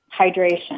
Hydration